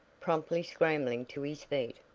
promptly scrambling to his feet.